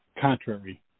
contrary